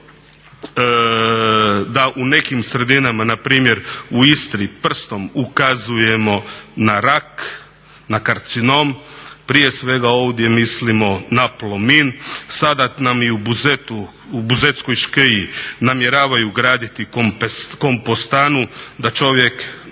da u nekim sredinama npr. u Istri prstom ukazujemo na rak, na karcinom prije svega ovdje mislimo na Plomin. Sada nam i u Buzetskoj škiji namjeravaju graditi kompostanu da čovjek